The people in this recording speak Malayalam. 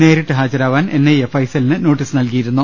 നേരിട്ട് ഹാജരാവാൻ എൻ ഐ എ ഫൈസലിന് നോട്ടീസ് നൽകിയിരുന്നു